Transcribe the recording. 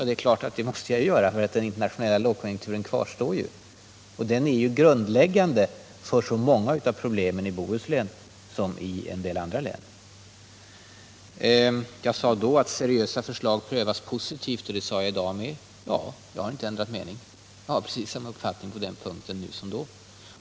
Det måste jag naturligtvis göra, eftersom den internationella lågkonjunkturen kvarstår, och den är grundläggande för så många av problemen i såväl Bohuslän som andra län. Jag sade den 17 mars att seriösa förslag prövas positivt, och det säger jag i dag med. Ja, jag har inte ändrat mening. Jag har precis samma uppfattning på den punkten nu som då.